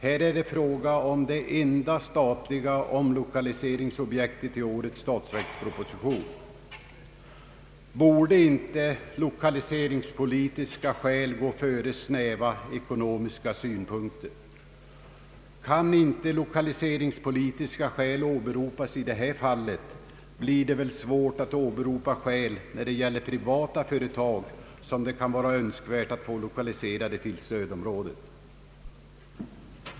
Här är det fråga om det enda statliga omlokaliseringsobjektet i årets statsverksproposition. Borde inte lokaliseringspolitiska skäl gå före snäva ekonomiska synpunkter? Kan inte lokaliseringspolitiska skäl åberopas i detta fall blir det väl svårt att åberopa skäl när det gäller privata företag som det kan vara önskvärt att få lokaliserade till stödområdet.